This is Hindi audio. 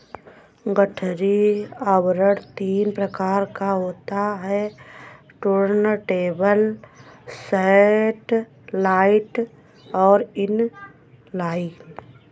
गठरी आवरण तीन प्रकार का होता है टुर्नटेबल, सैटेलाइट और इन लाइन